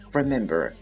remember